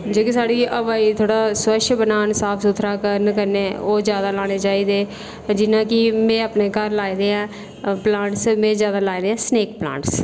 जेह्की साढ़ी हवा गी थोह्ड़ा स्वच्छ बनान साफ सुथरा करन कन्नै ओह् जादै लाने चाहिदे जियां कि में अपने घर लाए दे ऐ प्लांट्स में जादै लाए ऐ स्नेक प्लांट्स